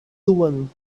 duan